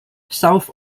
south